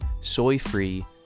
soy-free